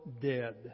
dead